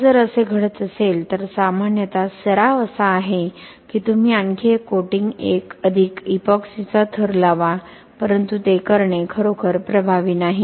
आता जर असे घडत असेल तर सामान्यतः सराव असा आहे की तुम्ही आणखी एक कोटिंग 1 अधिक इपॉक्सीचा थर लावा परंतु ते करणे खरोखर प्रभावी नाही